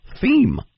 theme